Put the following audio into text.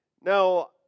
Now